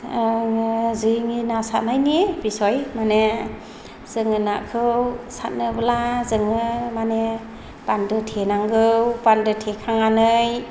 आङो जोंनि ना सारनायनि बिसय माने जोङो नाखौ सारनोब्ला जोङो माने बान्दो थेनांगौ बान्दो थेखांनानै